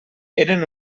eren